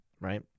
right